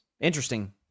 Interesting